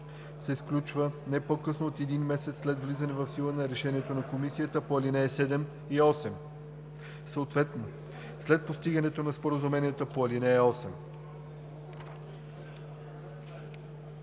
се сключва не по-късно от един месец след влизането в сила на решението на Комисията по ал. 7 и 8, съответно след постигането на споразумението по ал. 8.“